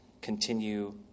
continue